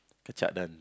Kecak dan~